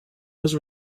was